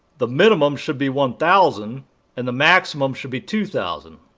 the minimum should be one thousand and the maximum should be two thousand.